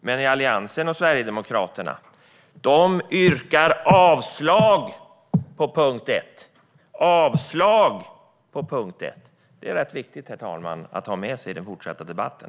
Men Alliansen och Sverigedemokraterna yrkar avslag på punkt 1! Det är rätt viktigt, herr talman, att ha med sig i den fortsatta debatten.